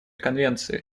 конвенции